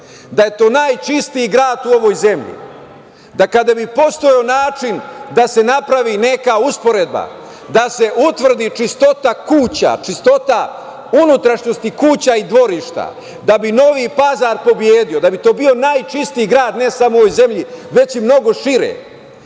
da je to najčistiji grad u ovoj zemlji, da kada bi postojao način da se napravi neko poređenje, da se utvrdi čistoća kuća, čistoća unutrašnjosti kuća i dvorišta, da bi Novi Pazar pobedio, da bi to bio najčistiji grad, ne samo u ovoj zemlji, već i mnogo